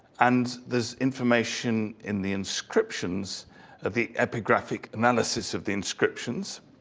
and there's information in the inscriptions of the epigraphic analysis of the inscriptions.